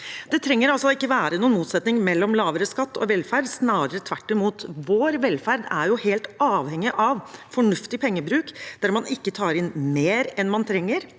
Det trenger altså ikke være noen motsetning mellom lavere skatt og velferd, snarere tvert imot. Vår velferd er helt avhengig av fornuftig pengebruk – der man tar ikke inn mer enn man trenger,